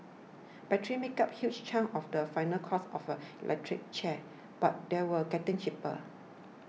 batteries make up a huge chunk of the final cost of an electric car but they are getting cheaper